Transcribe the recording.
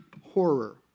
horror